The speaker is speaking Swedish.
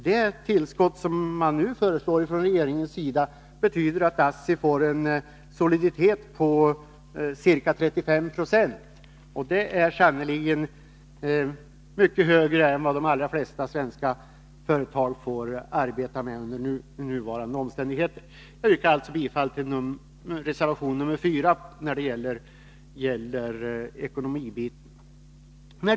Det tillskott som regeringen föreslår betyder att ASSI får en soliditet på ca 35 70. Det är sannerligen mycket högre än vad de allra flesta svenska företag får arbeta med under nuvarande omständigheter. Jag yrkar alltså bifall till reservation 4 när det gäller den ekonomiska delen.